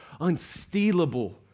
Unstealable